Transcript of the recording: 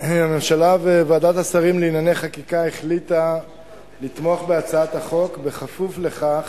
הממשלה וועדת השרים לענייני חקיקה החליטו לתמוך בהצעת החוק כפוף לכך